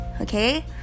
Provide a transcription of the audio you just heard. Okay